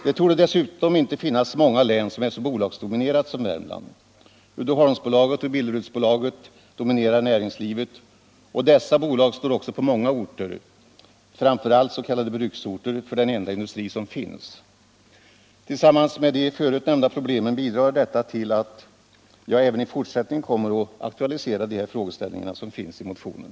Det torde dessutom inte finnas många län som är så bolagsdominerade som Värmland. Uddeholms AB och Billeruds AB dominerar näringslivet, och dessa bolag står också på många orter, framför allt s.k. bruksorter, för den enda industri som finns. Tillsammans med de förut nämnda problemen bidrar detta till att jag även i fortsättningen kommer att aktualisera de frågeställningar som finns i motionen.